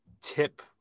tip